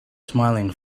smiling